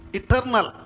eternal